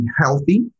healthy